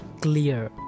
clear